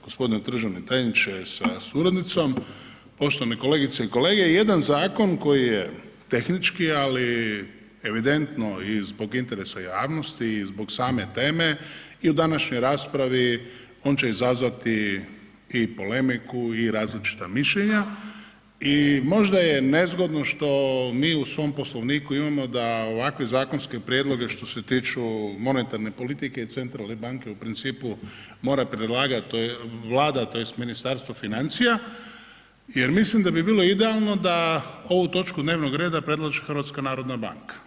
Gospodine državni tajniče sa suradnicom, poštovane kolegice i kolege, jedan zakon koji je tehnički, ali i evidentno i zbog interesa javnosti i zbog same teme i u današnjoj raspravi on će izazvati i polemiku i različita mišljenja i možda je nezgodno što mi u svom Poslovniku imamo da ovakve zakonske prijedloge što se tiču monetarne politike i centralne banke u principu mora predlagat Vlada, tj. Ministarstvo financija jer mislim da bi bilo idealno da ovu točku dnevnog reda predlaže HNB.